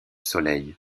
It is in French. soleil